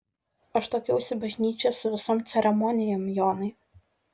aš tuokiausi bažnyčioje su visom ceremonijom jonai